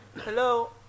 Hello